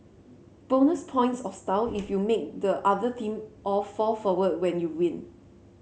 bonus points of style if you make the other team all fall forward when you win